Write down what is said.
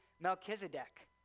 Melchizedek